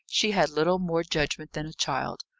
she had little more judgment than a child.